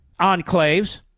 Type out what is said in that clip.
enclaves